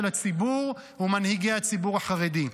של הציבור ומנהיגי הציבור החרדי.